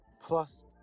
plus